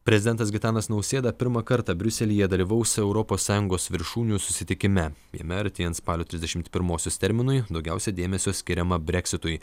prezidentas gitanas nausėda pirmą kartą briuselyje dalyvaus europos sąjungos viršūnių susitikime jame artėjant spalio trisdešimt pirmosios terminui daugiausiai dėmesio skiriama breksitui